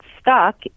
stuck